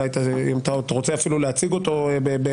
אולי אתה רוצה אפילו להציג אותו בגדול,